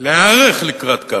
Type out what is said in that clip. להיערך לקראת כך.